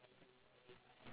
okay true